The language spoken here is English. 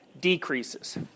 decreases